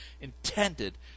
intended